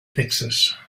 texas